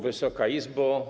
Wysoka Izbo!